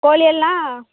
கோழி எல்லாம்